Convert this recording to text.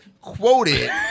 quoted